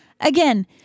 again